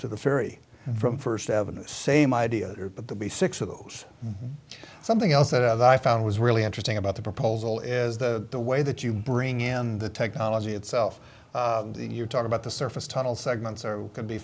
to the ferry from first avenue same idea but the b six of those something else that i found was really interesting about the proposal is the way that you bring in the technology itself you talk about the surface tunnel segments or can be